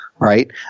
Right